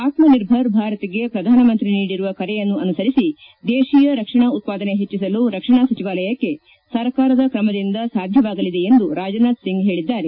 ಆತ್ಮನಿರ್ಭರ್ ಭಾರತ್ಗೆ ಪ್ರಧಾನಮಂತ್ರಿ ನೀಡಿರುವ ಕರೆಯನ್ನು ಅನುಸರಿಸಿ ದೇಶೀಯ ರಕ್ಷಣಾ ಉತ್ಪಾದನೆ ಹೆಚ್ಚಿಸಲು ರಕ್ಷಣಾ ಸಚಿವಾಲಯಕ್ಕೆ ಸರ್ಕಾರದ ಕ್ರಮದಿಂದ ಸಾಧ್ಯವಾಗಲಿದೆ ಎಂದು ರಾಜನಾಥ್ ಸಿಂಗ್ ಹೇಳಿದ್ದಾರೆ